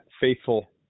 faithful